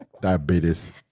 diabetes